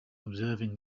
observing